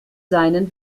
seinen